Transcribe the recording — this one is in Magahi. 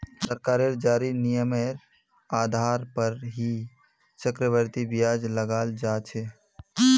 सरकारेर जारी नियमेर आधार पर ही चक्रवृद्धि ब्याज लगाल जा छे